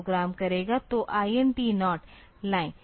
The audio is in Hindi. तो I N T 0 लाइन